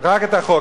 רק את החוק.